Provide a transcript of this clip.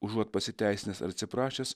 užuot pasiteisinęs ar atsiprašęs